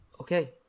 Okay